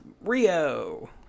Rio